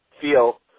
feel